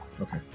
Okay